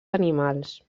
animals